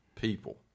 people